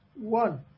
one